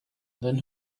then